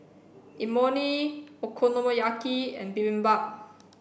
Imoni Okonomiyaki and Bibimbap